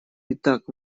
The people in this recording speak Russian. итак